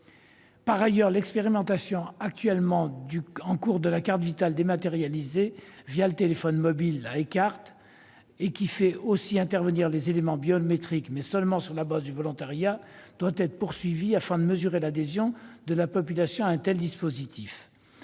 Ensuite, l'expérimentation en cours de la carte Vitale dématérialisée le téléphone mobile, la e-carte, qui fait aussi intervenir des éléments biométriques, mais seulement sur la base du volontariat, doit être poursuivie, afin de mesurer l'adhésion de la population à un tel dispositif.